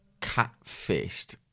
catfished